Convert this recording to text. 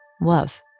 Love